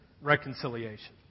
reconciliation